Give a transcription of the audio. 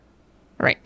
Right